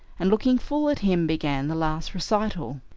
and looking full at him began the last recital.